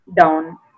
down